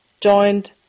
joined